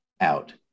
out